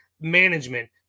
management